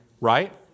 Right